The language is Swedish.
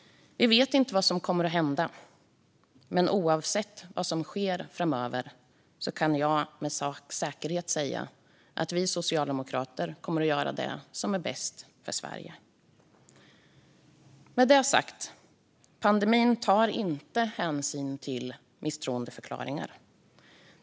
Vi vet inte vad som kommer att hända, men oavsett vad som nu sker framöver kan jag säga med säkerhet säga att vi socialdemokrater kommer att göra det som är bäst för Sverige. Med det sagt vill jag påpeka att pandemin inte tar hänsyn till misstroendeförklaringar.